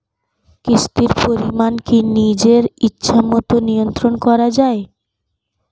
কিস্তির পরিমাণ কি নিজের ইচ্ছামত নিয়ন্ত্রণ করা যায়?